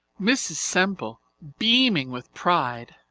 mrs. semple, beaming with pride,